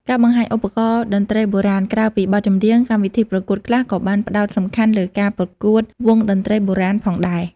ការបង្ហាញឧបករណ៍តន្ត្រីបុរាណ ក្រៅពីបទចម្រៀង កម្មវិធីប្រកួតខ្លះក៏បានផ្ដោតសំខាន់លើការប្រកួតវង់តន្ត្រីបុរាណផងដែរ។